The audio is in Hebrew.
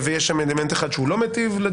יש שם אלמנט אחד שלדעתי הוא לא מיטיב.